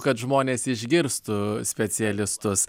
kad žmonės išgirstų specialistus